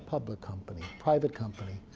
public company. private company.